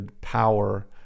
power